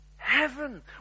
Heaven